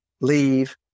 leave